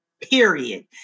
period